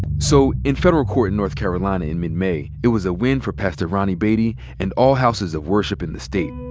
so in federal court in north carolina in mid-may, it was a win for pastor ronnie baity and all houses of worship in the state.